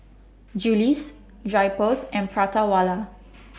Julies Drypers and Prata Wala